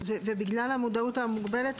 ובגלל המודעות המוגבלת,